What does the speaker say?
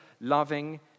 loving